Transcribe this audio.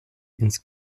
ins